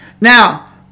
Now